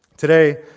today,